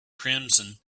crimson